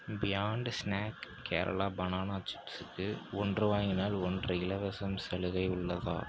beyond Snack Kerala banana சிப்ஸுக்கு ஒன்று வாங்கினால் ஒன்று இலவசம் சலுகை உள்ளதா